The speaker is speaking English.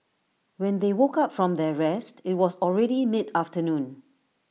when they woke up from their rest IT was already mid afternoon